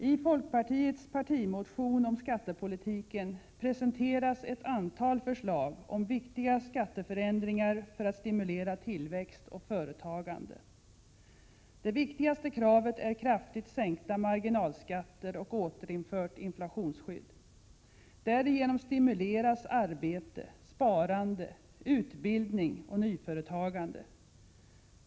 I folkpartiets partimotion om skattepolitiken presenteras ett antal förslag om viktiga skatteförändringar för att stimulera tillväxt och företagande. Det viktigaste kravet är kraftigt sänkta marginalskatter och återinfört inflationsskydd. Därigenom stimuleras arbete, sparande, utbildning och nyföretagande.